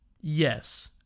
yes